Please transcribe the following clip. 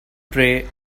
pray